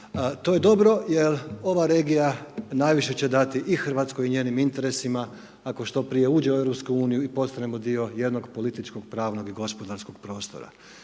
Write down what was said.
To je dobro jer ova regija najviše će dati i RH i njenim interesima ako što prije uđe u EU i postanemo dio jednog političkog, pravnog i gospodarskog prostora.